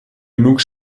genug